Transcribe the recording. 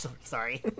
Sorry